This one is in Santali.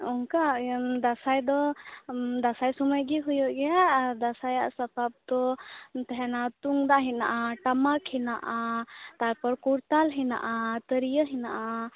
ᱚᱱᱠᱟ ᱮᱭᱟᱹᱢ ᱫᱟᱸᱥᱟᱭ ᱫᱚ ᱫᱟᱸᱥᱟᱭ ᱥᱚᱢᱚᱭᱜᱮ ᱦᱩᱭᱩᱜ ᱜᱮᱭᱟ ᱟᱨ ᱫᱟᱸᱥᱟᱭᱟᱜ ᱥᱟᱯᱟᱵᱽ ᱫᱚ ᱛᱟᱦᱮᱱᱟ ᱛᱩᱢᱫᱟᱜ ᱦᱮᱱᱟ ᱼᱟ ᱴᱟᱢᱟᱠ ᱦᱮᱱᱟᱜᱼᱟ ᱠᱚᱨᱛᱟᱞ ᱦᱮᱱᱟᱜᱼᱟ ᱛᱤᱨᱤᱭᱚ ᱦᱮᱱᱟᱜᱼᱟ